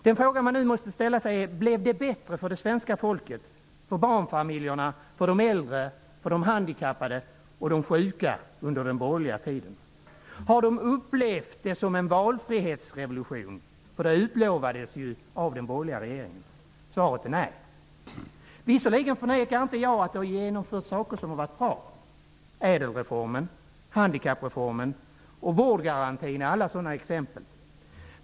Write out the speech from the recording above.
Den fråga man nu måste ställa sig är om det blev bättre för det svenska folket -- för barnfamiljerna, för de äldre, för de handikappade och för de sjuka -- under den borgerliga tiden. Har de upplevt det som en valfrihetsrevolution? En sådan utlovades ju av den borgerliga regeringen. Svaret är nej. Jag förnekar visserligen inte att det har genomförts saker som har varit bra. ÄDEL-reformen, handikappreformen och vårdgarantin är alla sådana exempel.